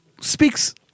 speaks